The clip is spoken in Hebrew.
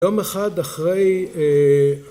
יום אחד אחרי